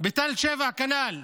בתל שבע כנ"ל,